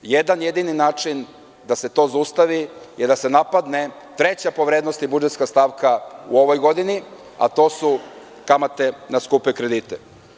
Jedan jedini način da se to zaustavi je da se napadne treća po vrednosti budžetska stavka u ovoj godini, a to su kamate na skupe kredite.